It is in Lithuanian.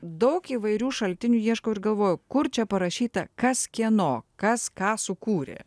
daug įvairių šaltinių ieškau ir galvoju kur čia parašyta kas kieno kas ką sukūrė